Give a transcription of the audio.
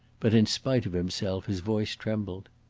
but in spite of himself his voice trembled.